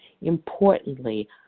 Importantly